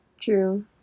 True